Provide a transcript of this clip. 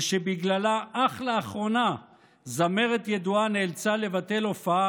ושבגללה אך לאחרונה זמרת ידועה נאלצה לבטל הופעה